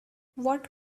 what